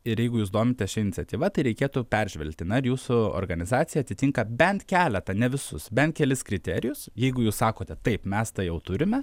ir jeigu jūs domitės šia iniciatyva tai reikėtų peržvelgti na ar jūsų organizacija atitinka bent keletą ne visus bent kelis kriterijus jeigu jūs sakote taip mes tą jau turime